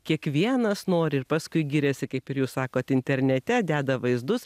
kiekvienas nori ir paskui giriasi kaip ir jūs sakot internete deda vaizdus